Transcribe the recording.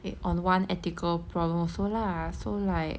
eh on one ethical problem also lah so like